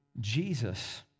Jesus